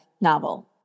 novel